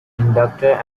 inductor